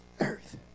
earth